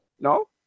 No